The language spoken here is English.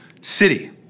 city